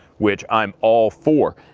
which i'm all for.